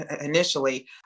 initially